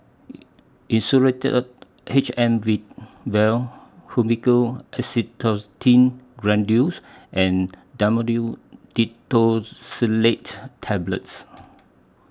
Insulatard H M V Vial Fluimucil Acetylcysteine Granules and Dhamotil Tablets